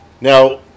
Now